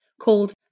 called